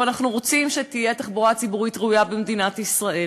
ואנחנו רוצים שתהיה תחבורה ציבורית ראויה במדינת ישראל,